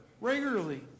regularly